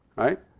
right.